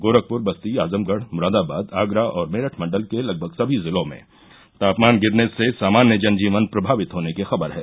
गोरखपुर बस्ती आजमगढ़ मुरादाबाद आगरा और मेरठ मण्डल के लगभग समी जिलों में तापमान गिरने से सामान्य जन जीवन प्रभावित होने की खबर है